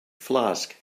flask